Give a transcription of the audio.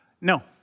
no